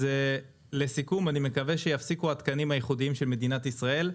אז לסיכום אני מקווה שיפסיקו התקנים הייחודים של מדינת ישראל,